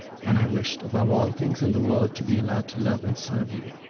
and i wished above all things in the world to be allowed to love and serve you,